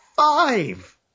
five